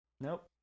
Nope